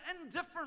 indifferent